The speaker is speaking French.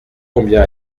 combien